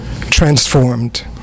transformed